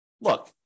look